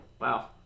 Wow